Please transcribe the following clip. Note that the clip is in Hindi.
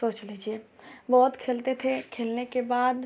सोच लीजिए बहुत खेलते थे खेलने के बाद